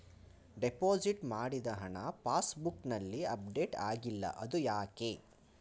Deposit ಮಾಡಿದ ಹಣ ಪಾಸ್ ಬುಕ್ನಲ್ಲಿ ಅಪ್ಡೇಟ್ ಆಗಿಲ್ಲ ಅದು ಯಾಕೆ?